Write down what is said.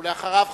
אחריו,